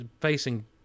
facing